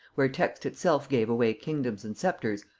where text itself gave away kingdoms and sceptres,